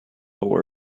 our